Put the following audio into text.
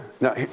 Now